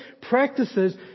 practices